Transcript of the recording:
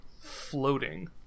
floating